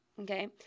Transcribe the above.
okay